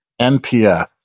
NPF